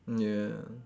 ya